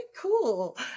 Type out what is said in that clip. cool